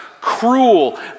cruel